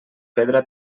pedra